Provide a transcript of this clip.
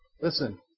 Listen